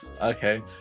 Okay